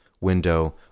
window